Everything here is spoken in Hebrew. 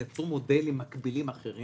יצרו מודלים אחרים.